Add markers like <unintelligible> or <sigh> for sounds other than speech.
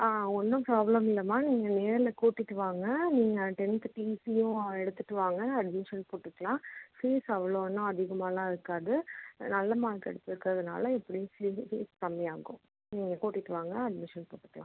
ஆ ஒன்றும் ப்ராப்லம் இல்லைமா நீங்கள் நேரில் கூட்டிகிட்டு வாங்க நீங்கள் டென்த்து டீசியும் எடுத்துகிட்டு வாங்க அட்மிஷன் போட்டுக்கலாம் ஃபீஸ் அவ்வளோ ஒன்றும் அதிகமாகலாம் இருக்காது நல்ல மார்க் எடுத்துருக்கதுனால் எப்படியும் <unintelligible> ஃபீஸ் கம்மியாகும் நீங்கள் கூட்டிகிட்டு வாங்க அட்மிஷன் போட்டுக்கலாம்